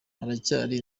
haracyari